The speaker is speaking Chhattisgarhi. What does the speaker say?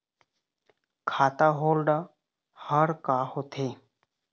खाता होल्ड हर का होथे?